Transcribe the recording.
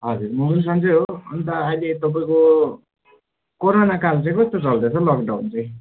हजुर म पनि सन्चै हो अन्त अहिले तपाईँको कोरोना काल चाहिँ कस्तो चल्दैछ लक डाउन चाहिँ